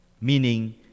Meaning